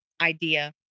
idea